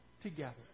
together